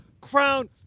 crown